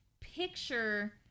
picture